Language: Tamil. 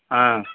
ஆ